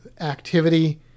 activity